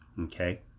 Okay